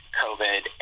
covid